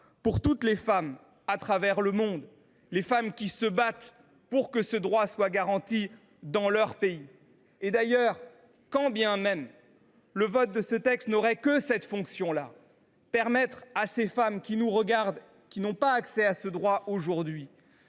pour toutes les femmes à travers le monde qui se battent pour que ce droit soit garanti dans leur pays. D’ailleurs, quand bien même le vote de ce texte n’aurait pour fonction que de dire à ces femmes qui nous regardent et qui n’ont pas accès à ce droit aujourd’hui